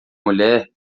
mulher